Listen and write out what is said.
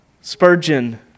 Spurgeon